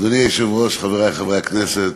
אדוני היושב-ראש, חברי חברי הכנסת,